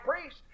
priest